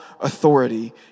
authority